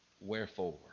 Wherefore